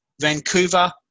Vancouver